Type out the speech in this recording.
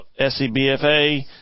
SCBFA